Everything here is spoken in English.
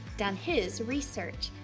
done his research.